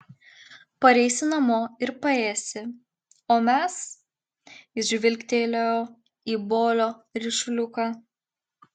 pareisi namo ir paėsi o mes jis žvilgtelėjo į bolio ryšuliuką